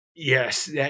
Yes